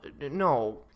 no